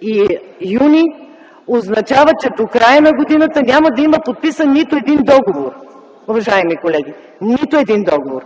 и юни означава, че до края на годината няма да има подписан нито един договор, уважаеми колеги. Нито един договор!